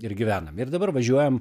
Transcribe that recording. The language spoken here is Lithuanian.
ir gyvenam ir dabar važiuojam